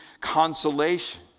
consolation